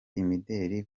imideri